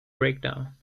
breakdown